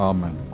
Amen